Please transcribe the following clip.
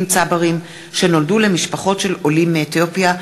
צברים שנולדו למשפחות של עולים מאתיופיה.